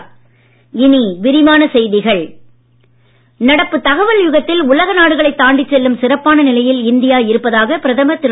மோடி கொழில் ஈட்பம் நடப்பு தகவல் யுகத்தில் உலக நாடுகளை தாண்டிச் செல்லும் சிறப்பான நிலையில் இந்தியா இருப்பதாக பிரதமர் திரு